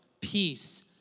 peace